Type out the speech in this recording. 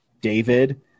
david